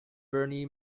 bernie